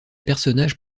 personnages